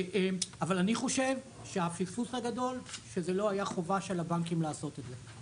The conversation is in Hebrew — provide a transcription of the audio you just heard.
אבל אני חושב שהפספוס הגדול שזה לא היה חובה של הבנקים לעשות את זה.